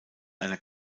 einer